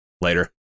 Later